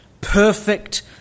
perfect